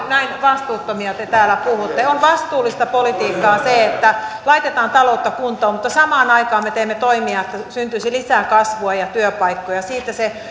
vastuuttomia te täällä puhutte on vastuullista politiikkaa että laitetaan taloutta kuntoon mutta samaan aikaan me teemme toimia että syntyisi lisää kasvua ja työpaikkoja siitä se